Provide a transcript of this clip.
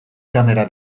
kamera